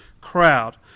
crowd